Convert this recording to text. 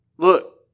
Look